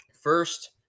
first